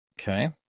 Okay